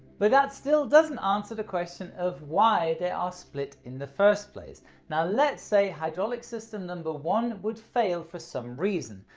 but that still doesn't answer the question of why they are split in the first place now, let's say hydraulic system number one would fail for some reason.